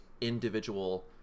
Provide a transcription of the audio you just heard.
individual